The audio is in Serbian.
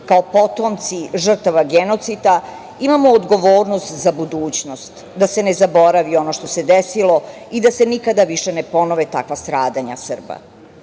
kao potomci žrtava genocida, imamo odgovornost za budućnost, da se ne zaboravi ono što se desilo i da se nikada više ne ponove takva stradanja